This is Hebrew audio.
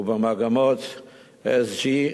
ובמגמות SG,